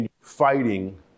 fighting